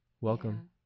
Welcome